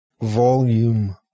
volume